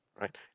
right